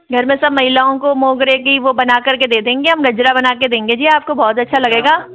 घर में सब महिलाओं को मोगरे की वो बना कर के दे देंगे हम गजरा बना के देंगे जी आपको बहुत अच्छा लगेगा